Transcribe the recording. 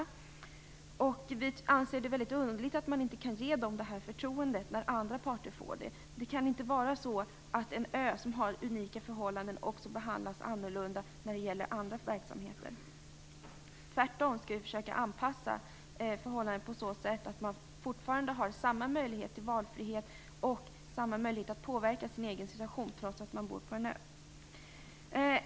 Vi anser det väldigt underligt att det gotländska näringslivet inte kan få det förtroendet, när andra parter får det. Det kan inte vara så att en ö som har unika förhållanden därför skall behandlas annorlunda när det gäller andra verksamheter. Tvärtom skall vi försöka anpassa förhållandena på så sätt att man fortfarande kan ha samma möjligheter till valfrihet och samma möjlighet att påverka sin egen situation trots att man bor på en ö.